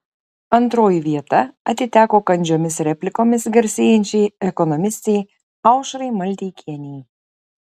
antroji vieta atiteko kandžiomis replikomis garsėjančiai ekonomistei aušrai maldeikienei